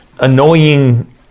Annoying